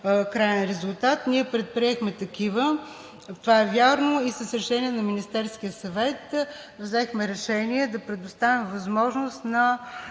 краен резултат. Ние предприехме такива, това е вярно, и с решение на Министерския съвет взехме решение да предоставим възможност на